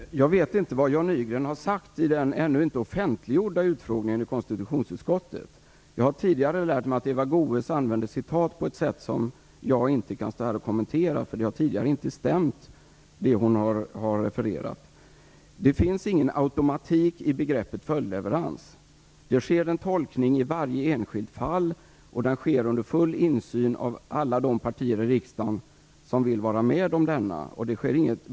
Fru talman! Jag vet inte vad Jan Nygren har sagt i den ännu inte offentliggjorda utfrågningen i konstitutionsutskottet. Jag har tidigare lärt mig att Eva Goës använder citat på ett sätt som gör att jag inte kan stå här och kommentera dem. Det hon har refererat tidigare har inte stämt. Det finns ingen automatik i begreppet följdleverans. Det sker en tolkning i varje enskilt fall, och den sker under full insyn av alla de partier i riksdagen som vill vara med om den.